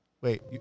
Wait